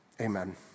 Amen